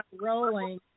rolling